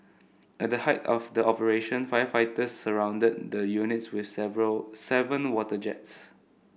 at the height of the operation firefighters surrounded the units with seven water jets